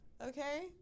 Okay